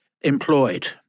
employed